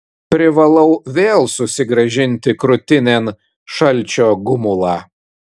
privalau vėl susigrąžinti krūtinėn šalčio gumulą